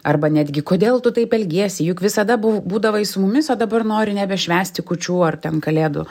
arba netgi kodėl tu taip elgiesi juk visada bū būdavai su mumis o dabar nori nebešvęsti kūčių ar ten kalėdų